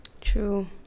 true